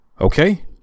Okay